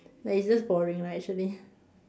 like it's just boring lah actually